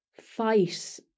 fight